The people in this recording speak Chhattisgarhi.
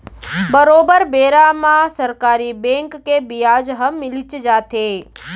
बरोबर बेरा म सरकारी बेंक के बियाज ह मिलीच जाथे